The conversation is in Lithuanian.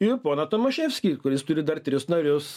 ir poną tomaševskį kuris turi dar tris narius